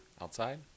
outside